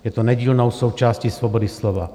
Je to nedílnou součástí svobody slova.